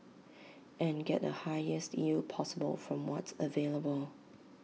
and get the highest yield possible from what's available